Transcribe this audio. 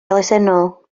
elusennol